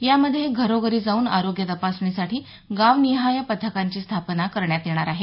यामध्ये घरोघरी जाऊन आरोग्य तपासणीसाठी गावनिहाय पथकांची स्थापना करण्यात येणार आहे